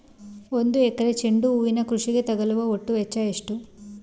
ಒಂದು ಎಕರೆ ಚೆಂಡು ಹೂವಿನ ಕೃಷಿಗೆ ತಗಲುವ ಒಟ್ಟು ವೆಚ್ಚ ಎಷ್ಟು?